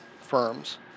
firms